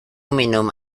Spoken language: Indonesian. minum